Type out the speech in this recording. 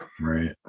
Right